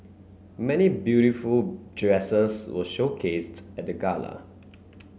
many beautiful dresses were showcased at the gala